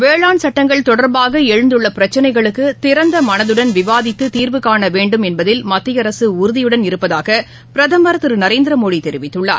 வேளாண் சட்டங்கள் எழுந்துள்ளபிரச்சினைகளுக்குதிறந்தமனதுடன் தொடர்பாக விவாதித்துதீர்வுகாணவேண்டும் என்பதில் மத்தியஅரசுஉறுதியுடன் இருப்பதாக பிரதமர் திருநரேந்திரமோடிதெரிவித்துள்ளார்